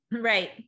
Right